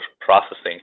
processing